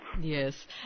Yes